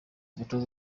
umutoza